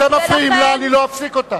אתם מפריעים לה, ואני לא אפסיק אותה.